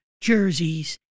jerseys